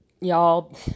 y'all